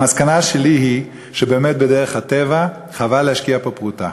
המסקנה שלי היא שבאמת בדרך הטבע חבל להשקיע פה פרוטה.